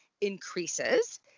increases